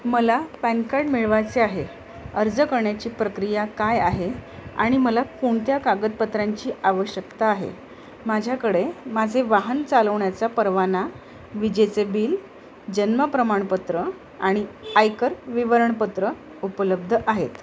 मला PAN card मिळवायचे आहे अर्ज करण्याची प्रक्रिया काय आहे आणि मला कोणत्या कागदपत्रांची आवश्यकता आहे माझ्याकडे माझे वाहन चालवण्याचा परवाना विजेचे बिल जन्म प्रमाणपत्र आणि आयकर विवरणपत्र उपलब्ध आहेत